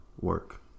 work